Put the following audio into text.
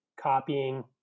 copying